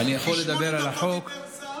כי שמונה דקות דיבר שר,